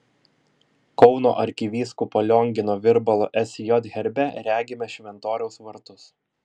kauno arkivyskupo liongino virbalo sj herbe regime šventoriaus vartus